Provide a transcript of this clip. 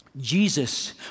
Jesus